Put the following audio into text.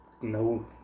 No